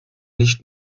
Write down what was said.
nicht